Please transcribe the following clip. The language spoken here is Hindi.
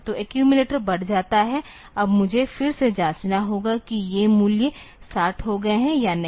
तो एक्यूमिलेटर बढ़ जाता है अब मुझे फिर से जांचना होगा कि ये मूल्य 60 हो गए हैं या नहीं